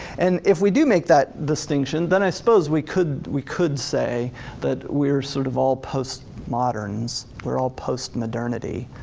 and if we do make that distinction, then i suppose we could we could say that we are sort of all post-moderns, we're all post-modernity,